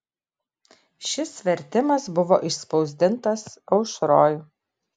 šis vertimas buvo išspausdintas aušroj